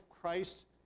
Christ